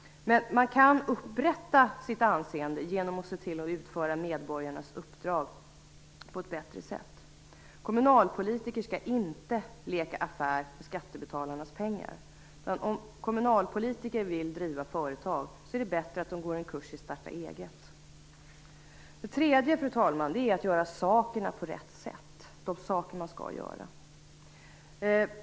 Men man kan upprätta sitt anseende genom att se till att utföra medborgarnas uppdrag på ett bättre sätt. Kommunalpolitiker skall inte leka affär med skattebetalarnas pengar. Om kommunalpolitiker vill driva företag är det bättre att de går en kurs i starta eget. Det tredje, fru talman, är att göra de saker man skall göra på rätt sätt.